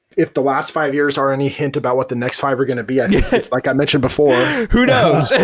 if the last fi ve years are any hint about what the next fi ve are going to be, i think it's like i mentioned before who knows?